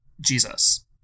Jesus